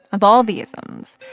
of all the isms.